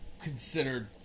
considered